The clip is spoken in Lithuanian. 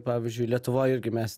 pavyzdžiui lietuvoj irgi mes